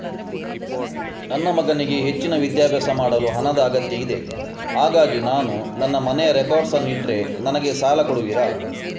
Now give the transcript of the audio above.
ನನ್ನ ಮಗನಿಗೆ ಹೆಚ್ಚಿನ ವಿದ್ಯಾಭ್ಯಾಸ ಮಾಡಲು ಹಣದ ಅಗತ್ಯ ಇದೆ ಹಾಗಾಗಿ ನಾನು ನನ್ನ ಮನೆಯ ರೆಕಾರ್ಡ್ಸ್ ಅನ್ನು ಇಟ್ರೆ ನನಗೆ ಸಾಲ ಕೊಡುವಿರಾ?